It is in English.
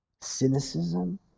cynicism